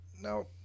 Now